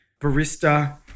barista